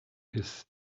his